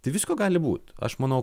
tai visko gali būt aš manau